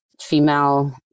female